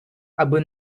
аби